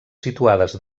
situades